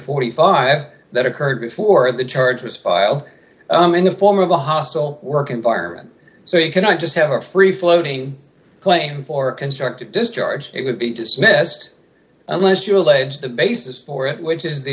forty five that occurred before the charges filed in the form of a hostile work environment so you cannot just have a free floating claim for constructive discharge it would be dismissed unless you allege the basis for it which is the